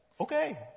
Okay